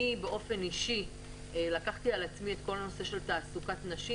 אני באופן אישי לקחתי על עצמי את כל נושא תעסוקת נשים.